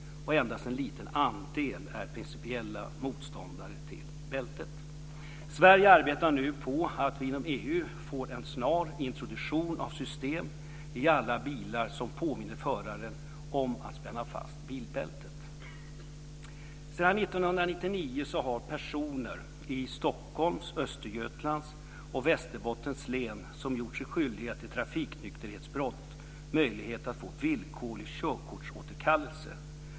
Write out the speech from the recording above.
Endast en liten andel är principiella motståndare till bältet. Sverige arbetar nu på att inom EU få en snar introduktion av system i alla bilar som påminner föraren om att spänna fast bilbältet. Sedan 1999 har personer i Stockholms, Östergötlands och Västerbottens län som gjort sig skyldiga till trafiknykterhetsbrott möjlighet att få villkorlig körkortsåterkallelse.